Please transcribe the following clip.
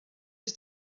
wyt